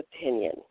opinion